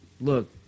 Look